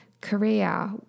career